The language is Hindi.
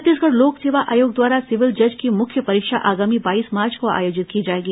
छत्तीसगढ़ लोक सेवा आयोग द्वारा सिविल जज की मुख्य परीक्षा आगामी बाईस मार्च को आयोजित की जाएगी